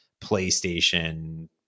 PlayStation